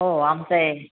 हो आमचं आहे